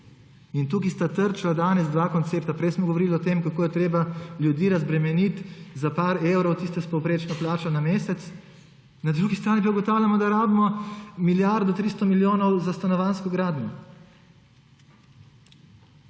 In tukaj sta trčila danes dva koncepta. Prej smo govorili o tem, kako je treba ljudi razbremeniti za par evrov tiste s povprečno plačo na mesec, na drugi strani pa ugotavljamo, da rabimo milijardo 300 milijonov za stanovanjsko gradnjo.